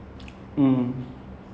that elaborate or anything